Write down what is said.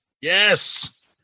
yes